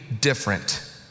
different